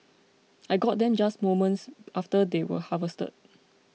I got them just moments after they were harvested